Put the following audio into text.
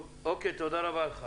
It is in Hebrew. תודה רבה.